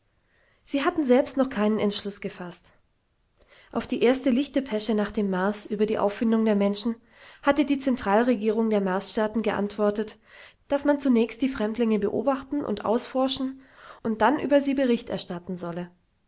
sie hatten selbst noch keinen entschluß gefaßt auf die erste lichtdepesche nach dem mars über die auffindung der menschen hatte die zentralregierung der marsstaaten geantwortet daß man zunächst die fremdlinge beobachten und ausforschen und dann über sie bericht erstatten solle